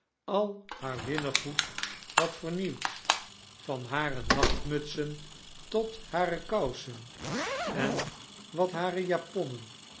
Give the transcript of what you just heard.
al haar linnengoed had vernieuwd van hare nachtmutsen tot hare kousen en wat harejaponnen